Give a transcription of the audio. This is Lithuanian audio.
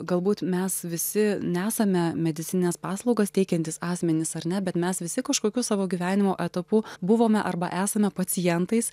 galbūt mes visi nesame medicinines paslaugas teikiantys asmenys ar ne bet mes visi kažkokiu savo gyvenimo etapu buvome arba esame pacientais